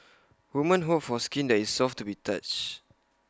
women hope for skin that is soft to the touch